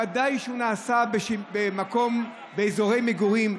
ודאי כשהשימוש נעשה באזורי מגורים.